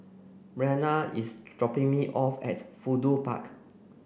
Marianna is dropping me off at Fudu Park